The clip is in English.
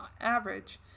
average